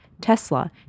Tesla